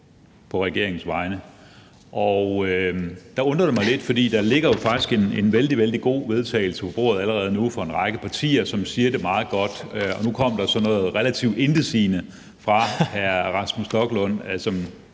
på regeringens vegne. Det undrer mig lidt, for der ligger jo faktisk et vældig, vældig godt forslag til vedtagelse på bordet allerede nu fra en række partier, som siger det meget godt. Og nu kom der så noget relativt intetsigende fra hr. Rasmus Stoklund, som